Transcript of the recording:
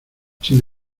sin